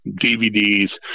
DVDs